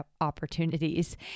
opportunities